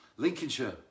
Lincolnshire